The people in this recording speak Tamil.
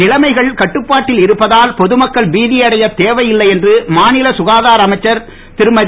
நிலைமைகள் கட்டுப்பாட்டில் இருப்பதால் பொதுமக்கள் பீதியடையத் தேவையில்லை என்று மாநில சுகாதார அமைச்சர் திருமதி